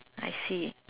I see